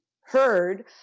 heard